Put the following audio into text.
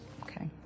Okay